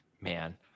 Man